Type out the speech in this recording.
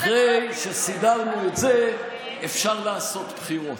עכשיו, אחרי שסידרנו את זה, אפשר לעשות בחירות,